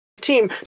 team